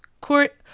court